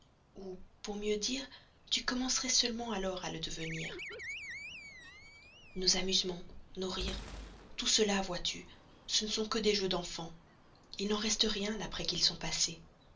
ou pour mieux dire tu commencerais seulement alors à le devenir nos amusements nos rires tout cela vois-tu ce ne sont que des jeux d'enfants il n'en reste rien après qu'ils sont passés